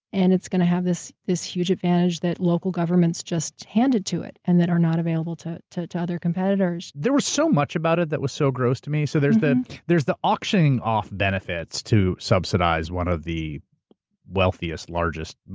and it's going to have this this huge advantage that local governments just handed to it, and that are not available to to other competitors. there was so much about it that was so gross to me. so there's the there's the auctioning off benefits to subsidize one of the wealthiest, largest,